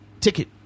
ticket